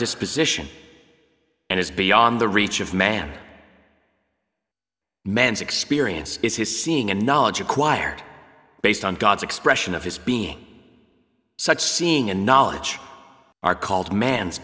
disposition and is beyond the reach of man man's experience is his seeing and knowledge acquired based on god's expression of his being such seeing and knowledge are called man's